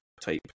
type